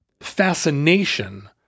fascination